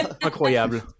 Incroyable